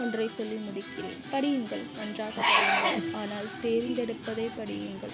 ஒன்றை சொல்லி முடிக்கிறேன் படியுங்கள் நன்றாக படியுங்கள் ஆனால் தேர்ந்தெடுப்பதை படியுங்கள்